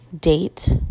date